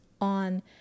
on